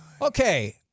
Okay